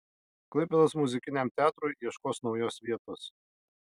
klaipėdos muzikiniam teatrui ieškos naujos vietos